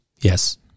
Yes